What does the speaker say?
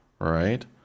right